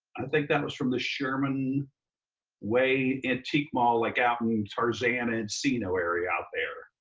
think that was from the sherman way antique mall like out in tarzana-encino area out there.